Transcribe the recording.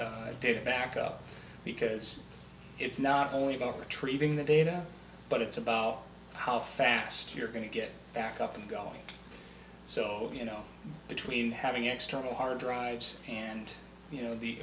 t data backup because it's not only about retrieving the data but it's about how fast you're going to get back up and going so you know between having external hard drives and you know the